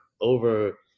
over